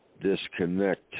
Disconnect